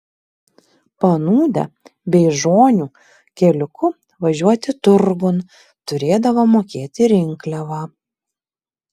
panūdę beižonių keliuku važiuoti turgun turėdavo mokėti rinkliavą